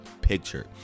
picture